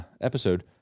episode